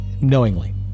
knowingly